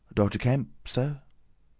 doctor kemp sir.